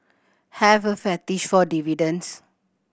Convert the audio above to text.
have a fetish for dividends